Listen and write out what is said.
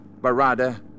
Barada